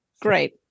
Great